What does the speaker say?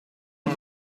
non